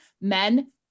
men